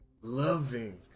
loving